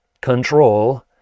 control